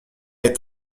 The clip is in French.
est